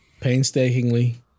painstakingly